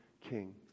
king